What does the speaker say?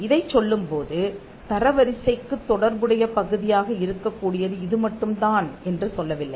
இதைச் சொல்லும்போது தர வரிசைக்குத் தொடர்புடைய பகுதியாக இருக்கக்கூடியது இது மட்டும்தான் என்று சொல்லவில்லை